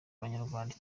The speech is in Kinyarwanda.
abanyarwanda